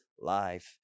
life